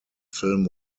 film